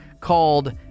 called